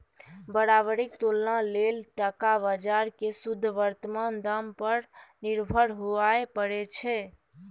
बराबरीक तुलना लेल टका बजार केँ शुद्ध बर्तमान दाम पर निर्भर हुअए परै छै